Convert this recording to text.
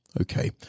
okay